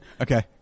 Okay